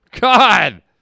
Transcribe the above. God